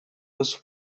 was